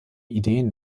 ideen